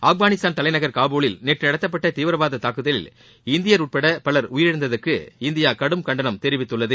ஆப்கானிஸ்தான் தலைநகர் காபூலில் நேற்று நடத்தப்பட்ட தீவிரவாத தாக்குதலில் இந்தியர் உட்பட பலர் உயிரிழந்ததற்கு இந்தியா கடும் கண்டனம் தெரிவித்துள்ளது